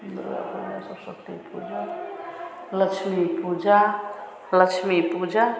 Lakshmi Puja Lakshmi Puja